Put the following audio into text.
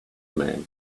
man